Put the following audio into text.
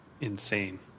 insane